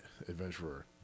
Adventurer